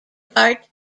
part